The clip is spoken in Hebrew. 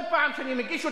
כל פעם שאני מגיש אותה,